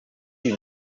you